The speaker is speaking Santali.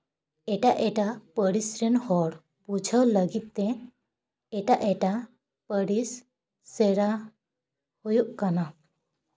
ᱮᱴᱟᱜ ᱮᱴᱟᱜ ᱯᱟᱹᱨᱤᱥ ᱨᱮᱱ ᱦᱚᱲ ᱵᱩᱡᱷᱟᱹᱣ ᱞᱟᱹᱜᱤᱫ ᱛᱮ ᱮᱴᱟᱜ ᱮᱴᱟᱜ ᱯᱟᱹᱨᱤᱥ ᱥᱮᱬᱟ ᱦᱩᱭᱩᱜ ᱠᱟᱱᱟ